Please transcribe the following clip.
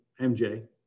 MJ